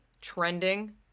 trending